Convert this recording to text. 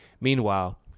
Meanwhile